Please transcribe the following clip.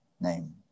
name